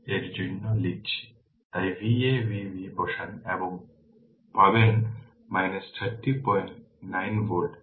সুতরাং থেভেনিনের ক্ষেত্রে এটি কেবলমাত্র একটি ওপেন সার্কিট ছিল নর্টনের ক্ষেত্রে এটি হবে বা এটিকে কী বলা হবে তা শর্ট সার্কিট হবে